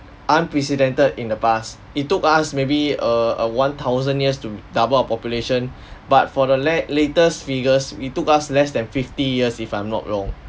unprecedented in the past it took us maybe err uh one thousand years to double our population but for the la~ latest figures it took us less than fifty years if I'm not wrong